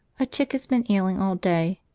a chick has been ailing all day,